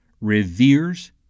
reveres